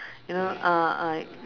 you know uh uh